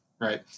right